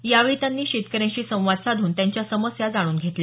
यावेळी त्यांनी शेतकऱ्यांशी संवाद साधून त्यांच्या समस्या जाणून घेतल्या